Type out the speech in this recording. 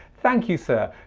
thank you, sir.